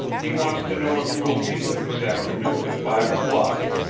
he wants to know if you will be there this afternoon at five o'clock.